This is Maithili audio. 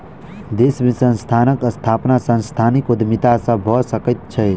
देश में संस्थानक स्थापना सांस्थानिक उद्यमिता से भअ सकै छै